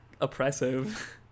oppressive